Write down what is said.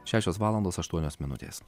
šešios valandos aštuonios minutės